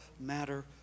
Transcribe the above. matter